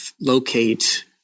locate